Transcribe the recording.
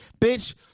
Bitch